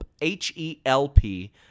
H-E-L-P